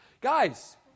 Guys